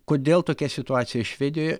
kodėl tokia situacija švedijoje